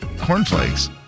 Cornflakes